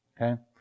Okay